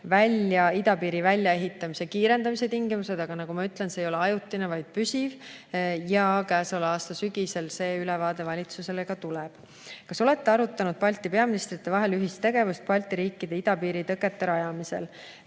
välja idapiiri väljaehitamise kiirendamise tingimused, aga nagu ma ütlesin, see ei ole ajutine, vaid püsiv rajatis. Käesoleva aasta sügisel see ülevaade valitsusele ka tuleb. Kas olete arutanud Balti peaministrite vahel ühist tegevust Balti riikide idapiiri tõkete rajamisel?